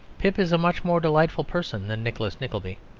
pip is a much more delightful person than nicholas nickleby.